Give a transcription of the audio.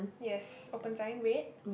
yes open sign red